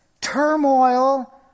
turmoil